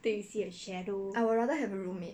I will rather have a roommate